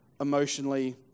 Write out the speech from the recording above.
emotionally